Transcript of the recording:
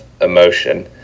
emotion